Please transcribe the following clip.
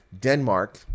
denmark